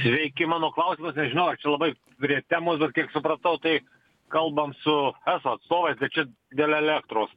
sveiki mano klausimas nežinau ar čia labai prie temos bet kiek supratau tai kalbam su eso atstovais bet čia dėl elektros